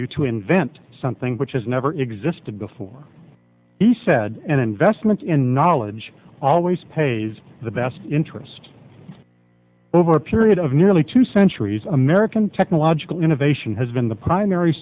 you to invent something which has never existed before he said an investment in knowledge always pays the best interest over a period of nearly two centuries american technological innovation has been the primary